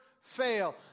fail